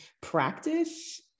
practice